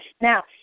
Now